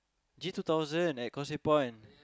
G-two-thousand at Causeway-point